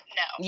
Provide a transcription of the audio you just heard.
no